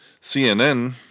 CNN